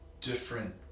different